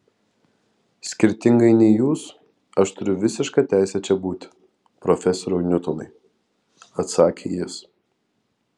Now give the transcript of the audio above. skirtingai nei jūs aš turiu visišką teisę čia būti profesoriau niutonai atsakė jis